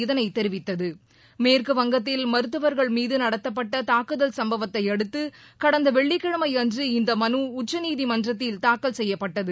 இதனைத் தெரிவித்தது மேற்குவங்கத்தில் மருத்துவர்கள் மீது நடத்தப்பட்ட தாக்குதல் சும்பவத்தை அடுத்து கடந்த வெள்ளிக்கிழமை அன்று இந்த மனு உச்சநீதிமன்றத்தில் தாக்கல் செய்யப்பட்டது